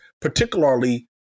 particularly